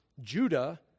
Judah